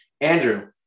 Andrew